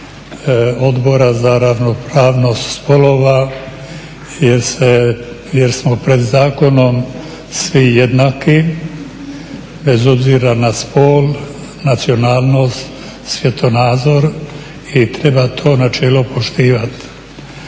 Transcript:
Odbora za ravnopravnost spolova jer smo pred zakonom svi jednaki bez obzira na spol, nacionalnost, svjetonazor i treba to načelo poštivati.